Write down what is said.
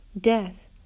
death